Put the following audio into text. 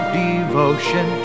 devotion